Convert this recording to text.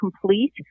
complete